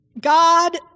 God